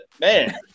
Man